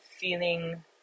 feeling